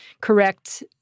correct